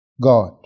God